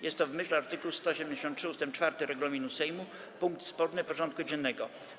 Jest to, w myśl art. 173 ust. 4 regulaminu Sejmu, punkt sporny porządku dziennego.